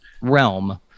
realm